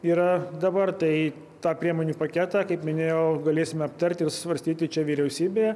yra dabar tai tą priemonių paketą kaip minėjau galėsime aptarti ir svarstyti čia vyriausybėje